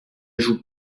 joue